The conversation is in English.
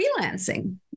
freelancing